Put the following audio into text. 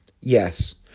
Yes